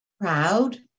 proud